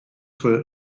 for